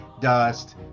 Dust